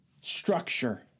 structure